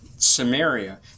Samaria